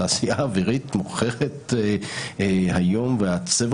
התעשייה האווירית מוכרת היום וצבר